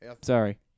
Sorry